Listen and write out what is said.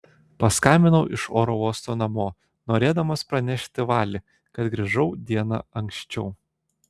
paskambinau iš oro uosto namo norėdamas pranešti vali kad grįžau diena anksčiau